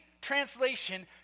translation